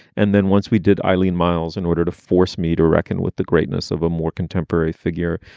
and then once we did eileen myles in order to force me to reckon with the greatness of a more contemporary figure.